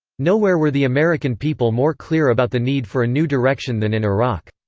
nowhere were the american people more clear about the need for a new direction than in iraq.